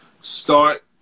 Start